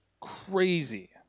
Crazy